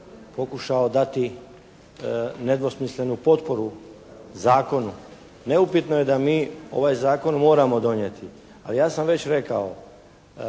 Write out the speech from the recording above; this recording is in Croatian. pokušao dati nedvosmislenu potporu Zakonu. Neupitno je da mi ovaj Zakon moramo donijeti, ali ja sam već rekao,